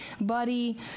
buddy